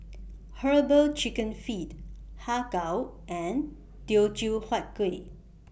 Herbal Chicken Feet Har Kow and Teochew Huat Kueh